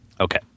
Okay